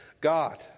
God